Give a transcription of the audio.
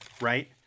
right